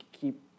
keep